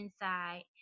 inside